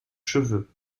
cheveux